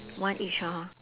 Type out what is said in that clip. one each hor